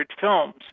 films